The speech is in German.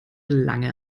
lange